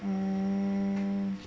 um